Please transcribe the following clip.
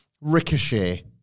Ricochet